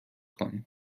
کنیم